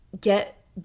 get